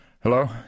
Hello